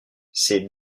ses